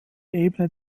ebene